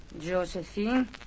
Josephine